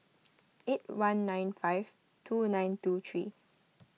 eight one nine five two nine two three